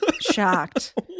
Shocked